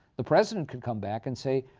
the president can come back and say,